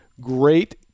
Great